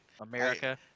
America